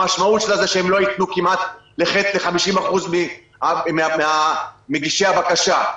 המשמעות שלה היא שהם לא ייתנו כמעט ל-50% ממגישי הבקשות.